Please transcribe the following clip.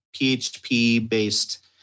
PHP-based